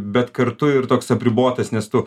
bet kartu ir toks apribotas nes tu